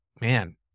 man